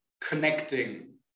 connecting